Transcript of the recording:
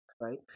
right